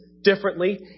differently